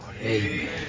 Amen